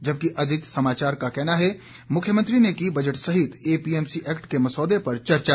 जबकि अजीत समाचार का कहना है मुख्यमंत्री ने की बजट सहित एपीएमसी एक्ट के मसौदे पर चर्चा